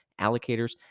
allocators